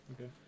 Okay